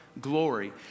Glory